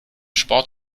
sport